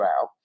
out